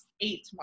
eight